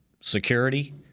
security